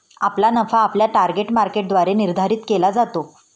आपला नफा आपल्या टार्गेट मार्केटद्वारे निर्धारित केला जातो